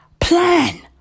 plan